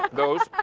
those.